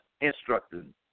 instructing